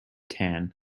tan